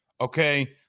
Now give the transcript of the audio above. okay